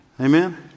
Amen